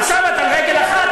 עכשיו את על רגל אחת,